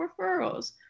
referrals